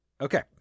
Okay